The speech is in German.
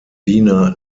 wiener